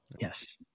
Yes